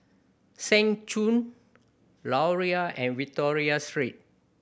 Seng Choon Laurier and Victoria Street